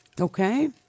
Okay